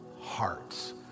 hearts